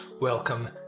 Welcome